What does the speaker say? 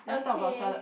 okay